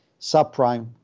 subprime